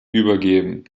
übergeben